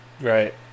right